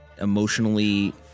emotionally